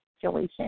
situation